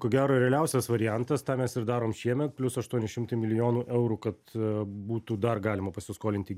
ko gero realiausias variantas tą mes ir darom šiemet plius aštuoni šimtai milijonų eurų kad būtų dar galima pasiskolinti